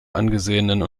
angesehenen